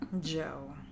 Joe